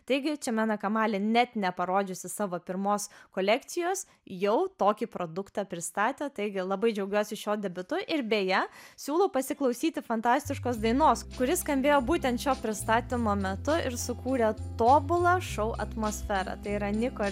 taigi chemena kamali net neparodžiusi savo pirmos kolekcijos jau tokį produktą pristatė taigi labai džiaugiuosi šiuo debiuto ir beje siūlau pasiklausyti fantastiškos dainos kuri skambėjo būtent šio pristatymo metu ir sukūrė tobulą šau atmosferą tai yra niko ir